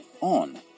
on